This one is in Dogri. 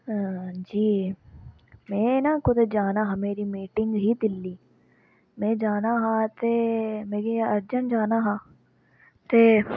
जी में ना कुतै जाना हा मेरी मीटिंग ही दिल्ली में जाना हा ते मिकी अर्जंट जाना हा ते